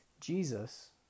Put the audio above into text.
Jesus